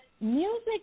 music